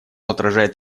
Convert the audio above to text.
отражает